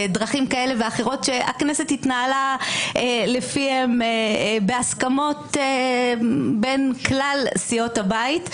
ודרכים כאלה ואחרות שהכנסת התנהלה לפיהן בהסכמות בין כלל סיעות הבית.